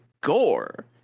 gore